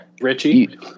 Richie